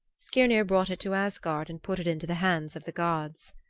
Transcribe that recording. skirnir brought it to asgard and put it into the hands of the gods.